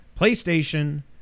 PlayStation